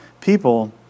people